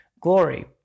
glory